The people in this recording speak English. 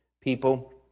people